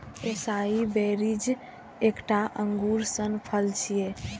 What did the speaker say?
एसाई berries एकटा अंगूर सन फल छियै